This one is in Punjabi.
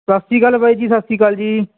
ਸਤਿ ਸ਼੍ਰੀ ਅਕਾਲ ਬਾਈ ਜੀ ਸਤਿ ਸ਼੍ਰੀ ਅਕਾਲ ਜੀ